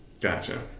Gotcha